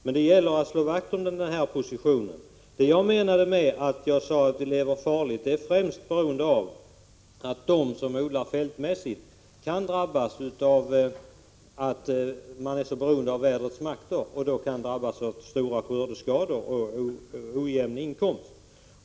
Men det gäller att slå vakt om nämnda position. Vad jag menade med mitt uttalande om att vi lever farligt är främst att de som odlar fältmässigt kan drabbas i och med att de är så beroende av vädrets makter. De kant.ex. drabbas av stora skördeskador och ojämn inkomst.